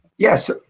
Yes